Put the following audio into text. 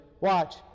watch